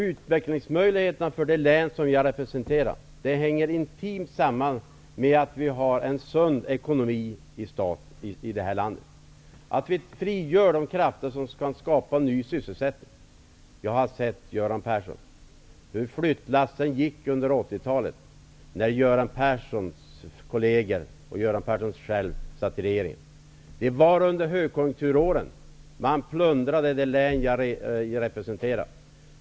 Utvecklingsmöjligheterna för det län jag representerar hänger intimt samman med att vi har en sund ekonomi i landet, att vi frigör de krafter som kan skapa ny sysselsättning. Jag har sett hur flyttlassen gick under 80-talet, när Göran Persson själv och hans kolleger satt i regeringen. Det var under högkonjunkturåren. Man plundrade det län jag representerar.